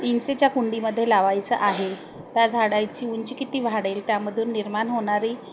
इंचेच्या कुंडीमध्ये लावायचं आहे त्या झाडायची उंची किती वाढेल त्यामधून निर्माण होणारी